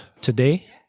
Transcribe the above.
today